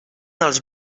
els